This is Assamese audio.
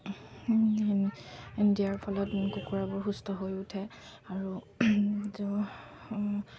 দিয়াৰ ফলত কুকুৰাবোৰ সুস্থ হৈ উঠে আৰু